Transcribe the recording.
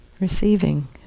Receiving